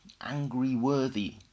angry-worthy